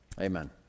Amen